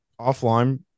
offline